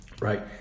right